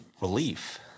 relief